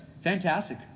Fantastic